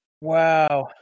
Wow